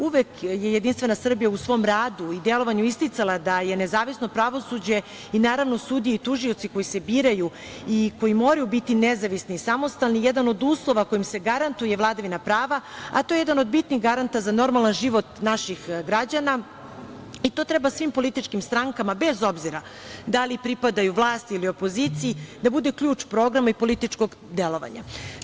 Uvek je Jedinstvena Srbija u svom radu i delovanju isticala da je nezavisno pravosuđe i naravno sudije i tužioci koji se biraju i koji moraju biti nezavisni i samostalni jedan od uslova kojim se garantuje vladavina prava, a to je jedan od bitnih garanta za normalan život naših građana i to treba svim političkim strankama, bez obzira da li pripadaju vlasti ili opoziciji, da bude ključ programa i političkog delovanja.